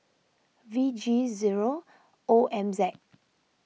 V G zero O M Z